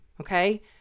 Okay